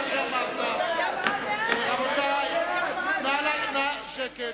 רבותי, שקט.